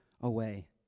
away